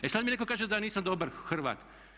E sad mi netko kaže da ja nisam dobar Hrvat.